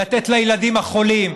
לתת לילדים החולים,